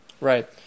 Right